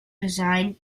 designed